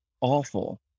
awful